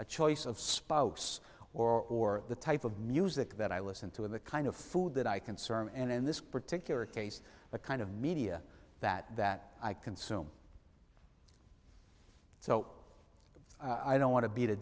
a choice of spouse or or the type of music that i listen to in the kind of food that i concern and in this particular case the kind of media that that i consume so i don't want to beat a